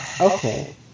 Okay